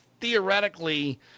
theoretically –